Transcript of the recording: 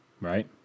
right